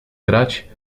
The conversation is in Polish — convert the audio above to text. grać